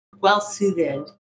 well-suited